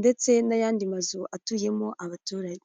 ndetse n'ayandi mazu atuyemo abaturage.